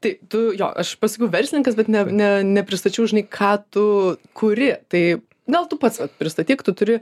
tai tu jo aš pasakiau verslininkas bet ne ne nepristačiau žinai ką tu kuri tai gal tu pats pristatyk tu turi